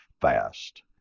fast